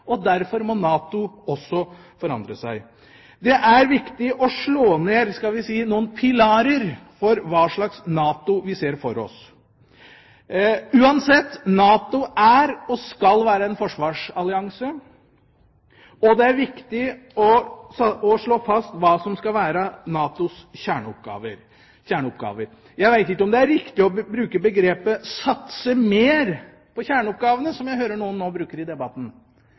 Derfor må NATO også forandre seg. Det er viktig å slå ned – skal vi si – noen pilarer for hva slags NATO vi ser for oss. Uansett, NATO er og skal være en forsvarsallianse. Det er viktig å slå fast hva som skal være NATOs kjerneoppgaver. Jeg veit ikke om det er riktig å bruke begrepet «satse mer» på kjerneoppgavene, som jeg hører noen nå bruke i debatten.